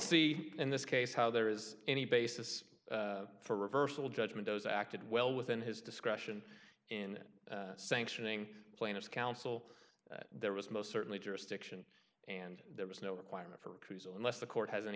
see in this case how there is any basis for reversal judgment those acted well within his discretion in sanctioning plaintiff's counsel there was most certainly jurisdiction and there was no requirement for a cruise unless the court has any